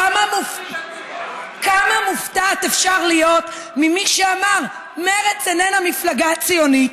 כמה מופתעת אפשר להיות ממי שאמר: מרצ איננה מפלגה ציונית,